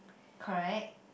correct